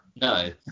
No